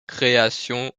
création